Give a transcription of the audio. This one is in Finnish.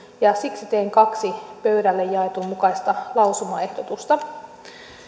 ja siksi teen kaksi pöydille jaetun mukaista lausumaehdotusta